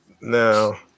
Now